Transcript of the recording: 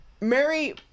Mary